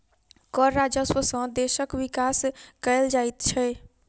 कर राजस्व सॅ देशक विकास कयल जाइत छै